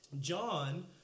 John